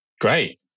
Great